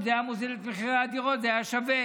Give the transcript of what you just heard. אם זה היה מוריד את מחירי הדירות זה היה שווה.